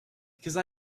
because